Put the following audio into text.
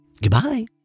Goodbye